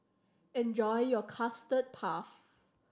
enjoy your Custard Puff